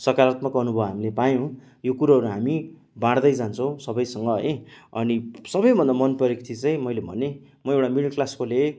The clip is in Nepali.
सकारात्मक अनुभव हामीले पायौँ यो कुरोहरू हामी बाँड्दै जान्छौँ सबैसँग है अनि सबैभन्दा मनपरेको चिज चाहिँ मैले भने म एउटा मिडल क्लासकोले